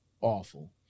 awful